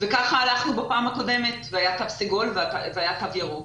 וכך הלכנו בפעם הקודמת והיה תו סגול והיה תו ירוק.